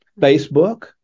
Facebook